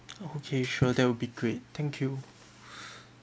okay sure that will be great thank you